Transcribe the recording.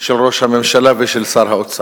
של ראש הממשלה ושל שר האוצר.